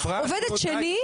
עובדת שני,